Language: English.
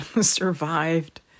survived